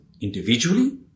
individually